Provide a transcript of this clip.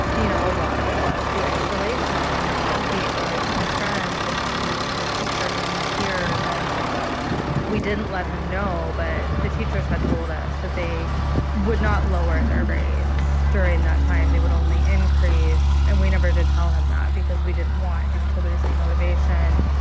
you know, a lot of it was the isolation, and being away from his friends, and being away from his teachers and his peers. and we didn't let him know, but the teachers had told us that they would not lower their grades during that time. they would only increase. and we never did tell him that because we didn't want him to lose any motivation.